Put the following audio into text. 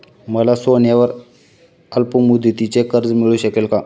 मला सोन्यावर अल्पमुदतीचे कर्ज मिळू शकेल का?